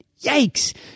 Yikes